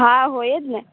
હા હોય જ ને